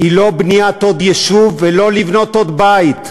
היא לא בניית עוד יישוב ולא בניית עוד בית,